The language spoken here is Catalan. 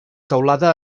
teulada